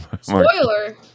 spoiler